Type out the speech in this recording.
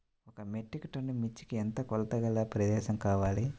ఒక metric ton మిర్చికి ఎంత కొలతగల ప్రదేశము కావాలీ?